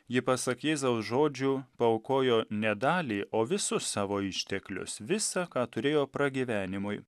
ji pasak jėzaus žodžių paaukojo ne dalį o visus savo išteklius visa ką turėjo pragyvenimui